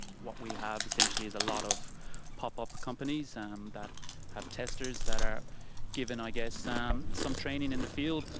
what we have essentially is a lot of pop up companies um that have testers that are given i guess ah um some training in the field,